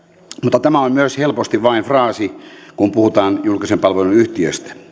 mutta tämä on myös helposti vain fraasi kun puhutaan julkisen palvelun yhtiöstä